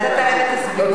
אתה תעלה ותסביר,